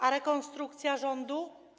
A rekonstrukcja rządu?